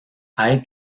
hay